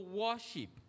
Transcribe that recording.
worship